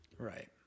Right